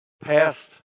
past